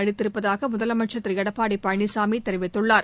அளித்திருப்பதாக முதலமைச்சர் திரு எடப்பாடி பழனிசாமி தெரிவித்துள்ளார்